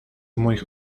moich